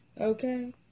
Okay